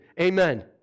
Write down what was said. Amen